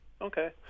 okay